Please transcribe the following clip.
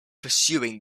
pursuing